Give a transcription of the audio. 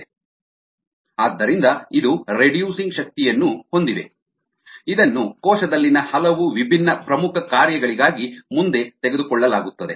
NADH↔NADH ಆದ್ದರಿಂದ ಇದು ರೆಡ್ಯೂಸಿಂಗ್ ಶಕ್ತಿಯನ್ನು ಹೊಂದಿದೆ ಇದನ್ನು ಕೋಶದಲ್ಲಿನ ಹಲವು ವಿಭಿನ್ನ ಪ್ರಮುಖ ಕಾರ್ಯಗಳಿಗಾಗಿ ಮುಂದೆ ತೆಗೆದುಕೊಳ್ಳಲಾಗುತ್ತದೆ